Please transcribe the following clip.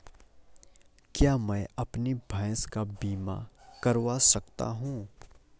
क्या मैं अपनी भैंस का बीमा करवा सकता हूँ?